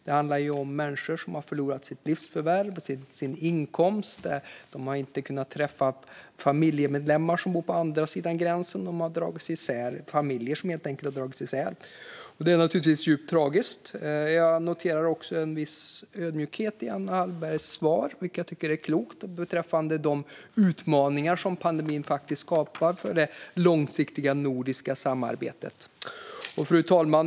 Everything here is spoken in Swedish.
Det handlar om människor som förlorat sitt livsförvärv och sina inkomster och i många fall inte kunnat träffa familjemedlemmar som bor på andra sidan gränsen. Familjer har dragits isär, och det är naturligtvis djupt tragiskt. Jag noterar också en viss ödmjukhet i Anna Hallbergs svar, vilket jag tycker är ett klokt förhållningssätt, beträffande de utmaningar som pandemin skapar för det långsiktiga nordiska samarbetet. Fru talman!